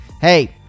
Hey